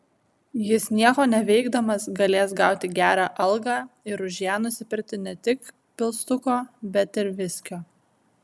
jis nieko neveikdamas galės gauti gerą algą ir už ją nusipirkti ne tik pilstuko bet ir viskio